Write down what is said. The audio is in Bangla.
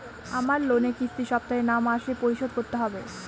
আমার লোনের কিস্তি সপ্তাহে না মাসে পরিশোধ করতে হবে?